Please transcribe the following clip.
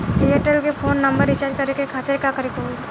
Airtel के phone number recharge करे के खातिर का करे के होई?